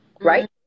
right